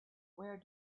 where